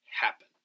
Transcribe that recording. happen